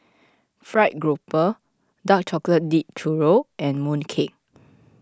Fried Grouper Dark Chocolate Dipped Churro and Mooncake